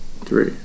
three